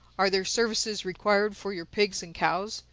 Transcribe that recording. are their services required for your pigs and cows,